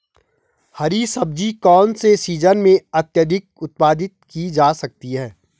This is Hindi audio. हरी सब्जी कौन से सीजन में अत्यधिक उत्पादित की जा सकती है?